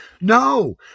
No